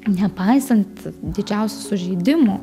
nepaisant didžiausių sužeidimų